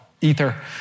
Ether